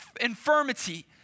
infirmity